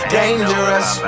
dangerous